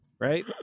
right